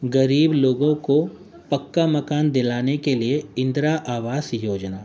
غریب لوگوں کو پکا مکان دلانے کے لیے اندرا آواس یوجنا